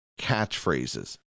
catchphrases